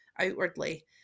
outwardly